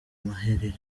maherere